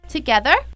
Together